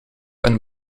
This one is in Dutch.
een